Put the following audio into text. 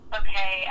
okay